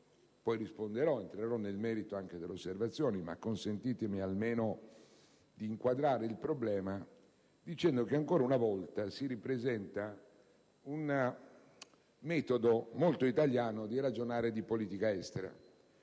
Poi entrerò nel merito delle osservazioni, ma consentitemi di inquadrare il problema, dicendo che, ancora una volta, si ripresenta un metodo molto italiano di ragionare di politica estera,